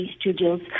Studios